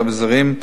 אביזרים,